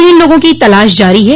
तीन लोगों की तलाश जारी है